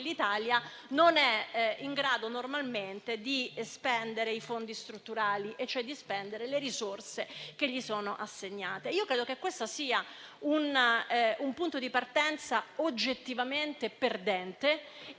l'Italia non è in grado normalmente di spendere i fondi strutturali, e cioè le risorse assegnate. Credo che questo sia un punto di partenza oggettivamente perdente